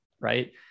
right